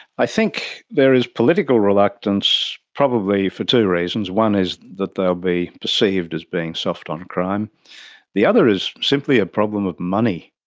i think there is political reluctance probably for two reasons one is that they'll be perceived as being soft on crime the other is simply a problem of money.